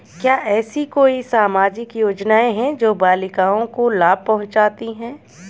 क्या ऐसी कोई सामाजिक योजनाएँ हैं जो बालिकाओं को लाभ पहुँचाती हैं?